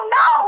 no